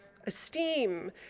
esteem